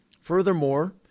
Furthermore